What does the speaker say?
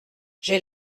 j’ai